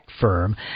firm